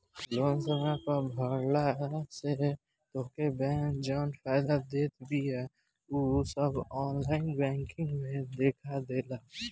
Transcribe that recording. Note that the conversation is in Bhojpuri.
लोन समय पअ भरला से तोहके बैंक जवन फायदा देत बिया उ सब ऑनलाइन बैंकिंग में देखा देला